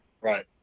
Right